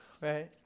Right